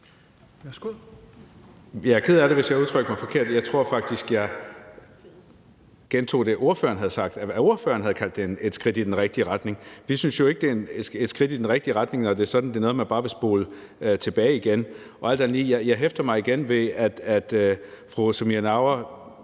Jeg er ked af, hvis jeg udtrykte mig forkert. Jeg tror faktisk, jeg gentog det, ordføreren havde sagt, altså at det var ordføreren, der havde kaldt det et skridt i den rigtige retning. Vi synes jo ikke, at det er et skridt i den rigtige retning, når det er sådan, at det er noget, man bare kan spole tilbage igen. Alt andet lige hæfter jeg mig igen ved, at – det virker